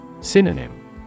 Synonym